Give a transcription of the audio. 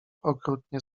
okrutnie